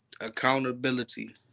Accountability